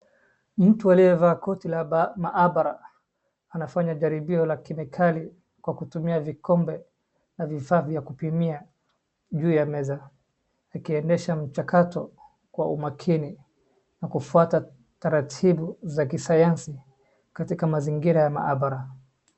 Mtu aliyevaa koti la maabara anafanya jaribio la kemikali kwa kutumia vikombe na vifaa vya kupimia juu ya meza akiendesha mchakato kwa umakini na kufuata taratibu za kisayansi katika mazingira ya mahabara.